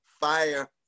fire